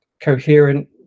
coherent